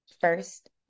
first